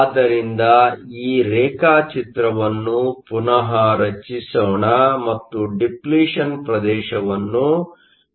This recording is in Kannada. ಆದ್ದರಿಂದ ಈ ರೇಖಾಚಿತ್ರವನ್ನು ಪುನಃ ರಚಿಸೋಣ ಮತ್ತು ಡಿಪ್ಲಿಷನ್ ಪ್ರದೇಶವನ್ನು ಗುರುತಿಸುತ್ತೇನೆ